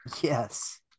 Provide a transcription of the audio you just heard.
yes